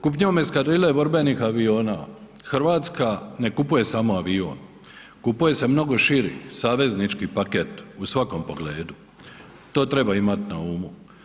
Kupnjom eskadrile borbenih aviona Hrvatska ne kupuje samo avion, kupuje se mnogo širi, saveznički paket u svakom pogledu, to treba imati na umu.